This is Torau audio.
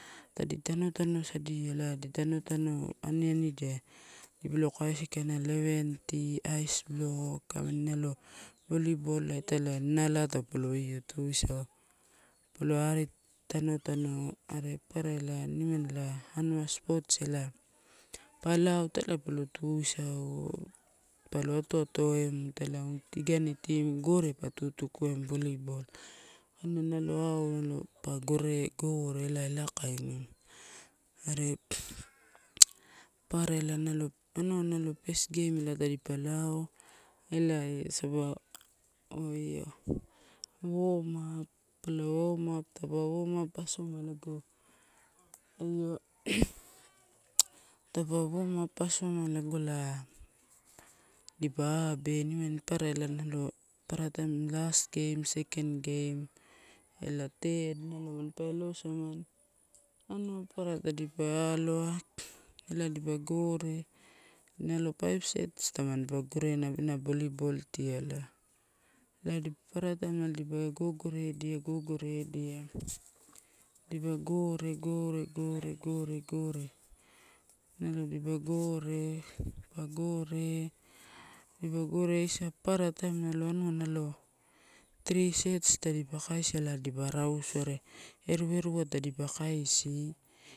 Tadi tano, tano saida ela adi tanotano anianidia pa o kaisi kaina, lewenti, iceblock amini nalo volleyball italai nanalai taupa io tuigau. Palo ari tanotano are papara nimani ela anua sports ela palao italai palo tuisau, palo atoato emu italai igani team gore pa tutukuaemu volleyball. Anua nalo how io pa gore, gore elakainiua. Are papara ela nalo, anua first game ela tadipa lao, elae saba, o io warmup, pa lo warmup. Taupa warmup aso ma lago io taupa warmup asoma lago ela dipa abe, nimeni papara ela nalo last game, second game ela third nalo manpa eloisamani. Anua papara tadipa aloa, ela dipa gore, nalo five six eta tamanipa gorena ena volleyball tialai, elai nalo dipa gogoredia, gogoredia, dipa gore, gore, gore, gore, gore nalo dipa gore, dipa gore, dipa gore papara taim nalo anua nalo three sets tadipa baisia ela dipa rausu are eru-eru tadipa kaisi.